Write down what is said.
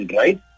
right